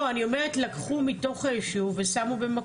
לא, אני אומרת לקחו מתוך הישוב ושמו שם.